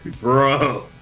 bro